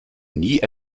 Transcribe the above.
nie